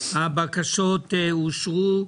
הבקשות אושרו.